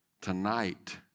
tonight